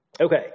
Okay